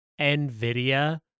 NVIDIA